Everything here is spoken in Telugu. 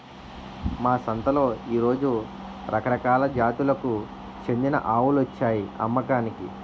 మా సంతలో ఈ రోజు రకరకాల జాతులకు చెందిన ఆవులొచ్చాయి అమ్మకానికి